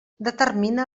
determina